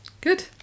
Good